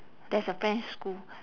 there's a french school